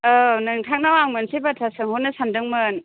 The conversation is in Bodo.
औ नोंथांनाव आं मोनसे बाथ्रा सोंहरनो सानदोंमोन